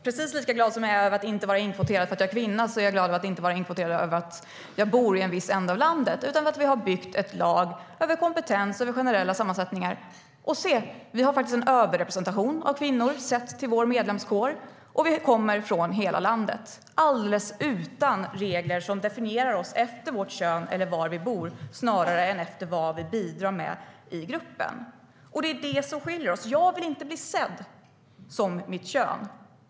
Precis lika glad som jag är över att inte vara inkvoterad för att jag är kvinna är jag över att inte vara inkvoterad för att jag bor i en viss ända av landet. Vi har byggt ett lag där vi har kompetens och generella sammansättningar. Och se, vi har faktiskt en överrepresentation av kvinnor sett till vår medlemskår, och vi kommer från hela landet, alldeles utan regler som definierar oss efter vårt kön eller efter var vi bor. Snarare handlar det om vad vi bidrar med i gruppen. Det är detta som skiljer oss. Jag vill inte bli sedd som mitt kön.